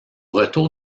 retour